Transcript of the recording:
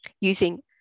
using